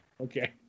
okay